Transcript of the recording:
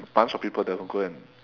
a bunch of people they will go and